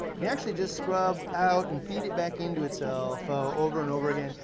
you actually just scrub out and feed it back into itself over and over again.